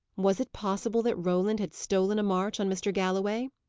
was it possible that roland had stolen a march on mr. galloway?